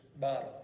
bottle